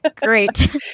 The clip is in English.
Great